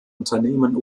unternehmen